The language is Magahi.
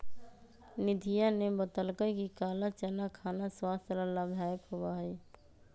निधिया ने बतल कई कि काला चना खाना स्वास्थ्य ला लाभदायक होबा हई